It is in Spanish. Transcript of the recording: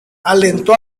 alentó